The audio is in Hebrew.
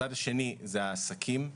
הצד השני הוא העסקים.